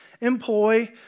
employ